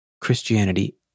Christianity